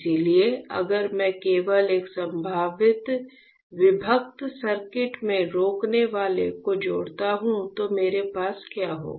इसलिए अगर मैं केवल एक संभावित विभक्त सर्किट में रोकनेवाला को जोड़ता हूं तो मेरे पास क्या होगा